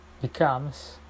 becomes